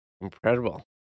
Incredible